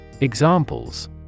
Examples